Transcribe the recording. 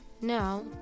now